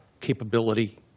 capability